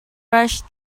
rush